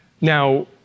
Now